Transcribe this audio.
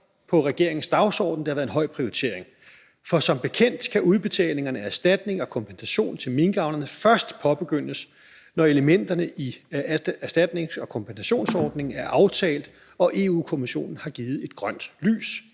på regeringens dagsorden – det har været prioriteret højt. For som bekendt kan udbetalingerne af erstatning og kompensation til minkavlerne først påbegyndes, når elementerne i erstatnings- og kompensationsordningen er aftalt og Europa-Kommissionen har givet grønt lys.